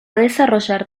desarrollar